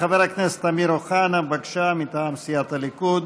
חבר הכנסת אמיר אוחנה, בבקשה, מטעם סיעת הליכוד,